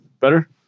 Better